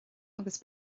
agus